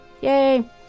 Yay